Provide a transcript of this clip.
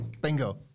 Bingo